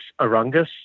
Arungus